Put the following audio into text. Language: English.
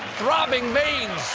throbbing veins!